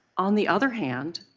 on the other hand,